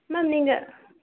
ma'am நீங்கள்